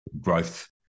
growth